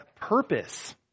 purpose